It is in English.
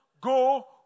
go